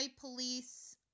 police